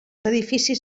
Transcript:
edificis